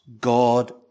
God